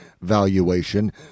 valuation